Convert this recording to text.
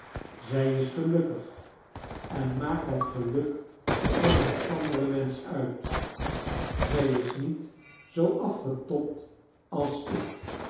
zij is gelukkig en maakt het geluk van een anderen mensch uit zij is niet zoo afgetobd als ik